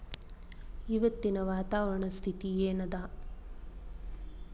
ಇವತ್ತಿನ ವಾತಾವರಣ ಸ್ಥಿತಿ ಏನ್ ಅದ?